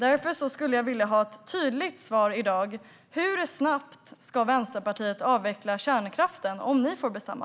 Därför skulle jag vilja ha ett tydligt svar i dag: Hur snabbt ska Vänsterpartiet avveckla kärnkraften om ni får bestämma?